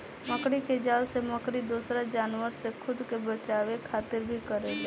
मकड़ी के जाल से मकड़ी दोसरा जानवर से खुद के बचावे खातिर भी करेले